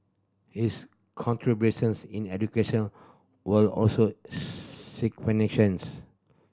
his contributions in education were also